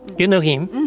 you know him?